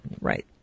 Right